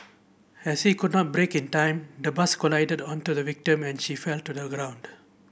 as he could not brake in time the bus collided onto the victim and she fell to the ground